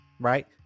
right